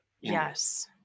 Yes